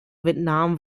vietnam